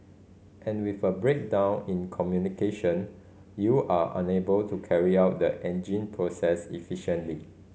and with a breakdown in communication you are unable to carry out the engine process efficiently